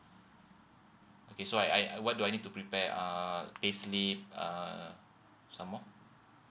okay so I I what do I need to prepare uh payslip uh some more